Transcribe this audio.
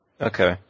Okay